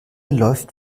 läuft